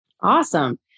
Awesome